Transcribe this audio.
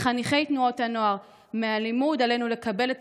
לחניכי תנועות הנוער: מהלימוד עלינו לקבל את